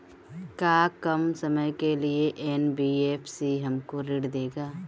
का कम समय के लिए एन.बी.एफ.सी हमको ऋण देगा?